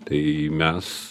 tai mes